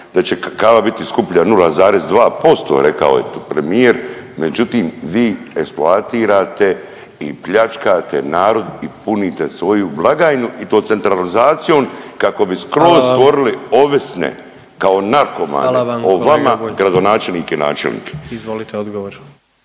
da će kava biti skuplja 0,2% rekao je tu premijer. Međutim, vi eksploatirate i pljačkate narod i punite svoju blagajnu i to centralizacijom kako bi skroz stvorili ovisne … …/Upadica predsjednik: Hvala vam./… … kao